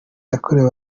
yakorewe